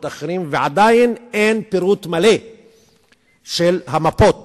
אחרים ועדיין אין פירוט מלא של המפות